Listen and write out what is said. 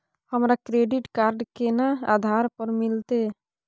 हमरा credit card केना आधार पर मिलते?